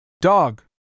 Dog